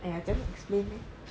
!aiya! 这么样 explain leh